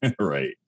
right